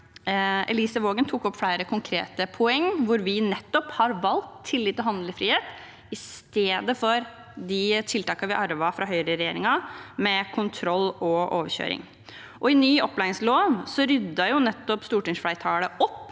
Elise Waagen tok opp flere konkrete poeng, hvor vi nettopp har valgt tillit og handlefrihet i stedet for de tiltakene vi arvet fra høyreregjeringen: kontroll og overkjøring. I ny opplæringslov ryddet nettopp stortingsflertallet opp